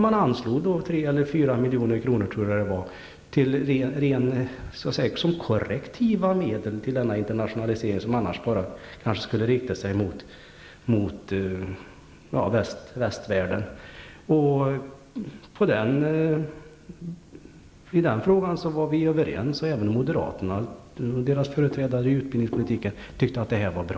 Man anslog då tre eller fyra miljoner kronor, tror jag, som korrektiva medel till denna internationalisering som annars kanske bara skulle rikta sig mot västvärlden. I den frågan var vi överens. Även moderaterna och deras företrädare i utbildningspolitiken tyckte att detta var bra.